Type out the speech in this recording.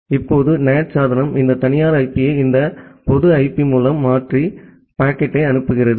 இப்போது NAT சாதனம் இந்த தனியார் ஐபியை இந்த பொது ஐபி மூலம் மாற்றி பாக்கெட்டை அனுப்புகிறது